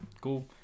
Cool